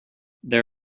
there